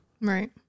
Right